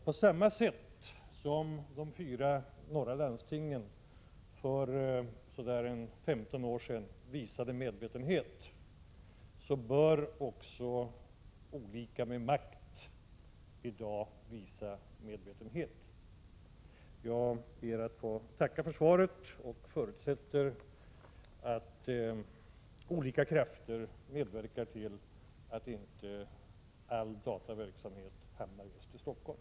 På samma sätt som de fyra norra landstingen för så där 15 år sedan visade medvetenhet bör också olika instanser med makt i dag visa medvetenhet. Jag ber att än en gång få tacka för svaret och förutsätter att olika krafter medverkar till att inte all dataverksamhet hamnar just i Stockholm.